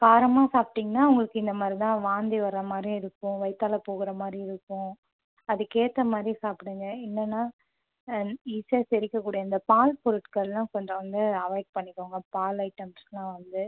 காரமாக சாப்பிட்டிங்கனா உங்களுக்கு இந்த மாதிரி தான் வாந்தி வர மாதிரி இருக்கும் வயிற்றால போகிற மாதிரி இருக்கும் அதுக்கேற்ற மாதிரி சாப்பிடுங்க இல்லைனா ஈஸியாக செரிக்கக்கூடிய இந்த பால் பொருட்களெலாம் கொஞ்சம் வந்து அவாய்ட் பண்ணிக்கோங்க பால் ஐட்டம்ஸ்ஸெலாம் வந்து